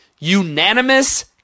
unanimous